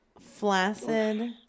flaccid